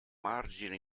margine